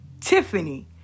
Tiffany